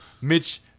Mitch